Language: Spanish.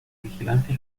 vigilancia